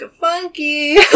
funky